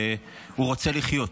שהוא רוצה לחיות.